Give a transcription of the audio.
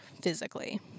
physically